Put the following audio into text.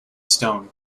stone